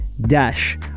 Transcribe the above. dash